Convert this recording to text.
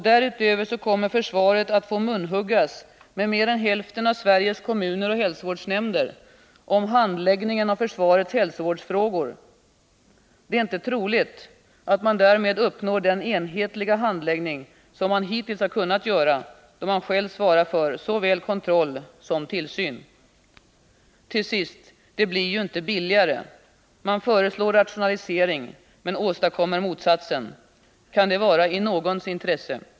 Därutöver kommer försvaret att få munhuggas med mer än hälften av Sveriges kommuner och hälsovårdsnämnder beträffande handläggningen av försvarets hälsovårdsfrågor. Det är inte troligt att man därmed uppnår den enhetliga handläggning som man hittills haft, då man själv svarar för såväl kontroll som tillsyn. Till sist: det blir ju inte billigare! Man föreslår rationalisering, men åstadkommer motsatsen. Kan det vara i någons intresse?